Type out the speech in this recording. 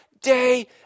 day